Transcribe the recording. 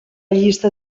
llista